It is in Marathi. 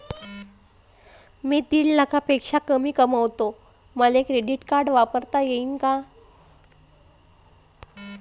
मी दीड लाखापेक्षा कमी कमवतो, मले क्रेडिट कार्ड वापरता येईन का?